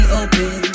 open